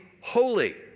holy